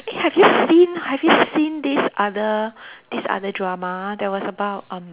eh have you seen have you seen this other this other drama that was about um